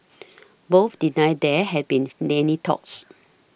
both denied there had been any talks